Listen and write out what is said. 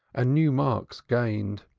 and new marks gained.